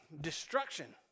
destruction